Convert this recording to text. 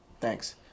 Thanks